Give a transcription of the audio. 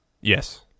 yes